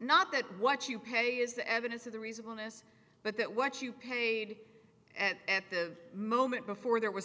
not that what you pay is the evidence of the reasonableness but that what you paid at the moment before there was a